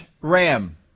ram